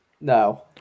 No